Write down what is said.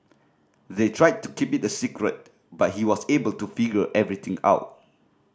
they tried to keep it a secret but he was able to figure everything out